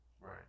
Right